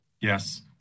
Yes